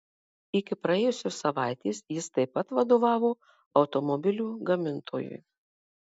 iki praėjusios savaitės jis taip pat vadovavo automobilių gamintojui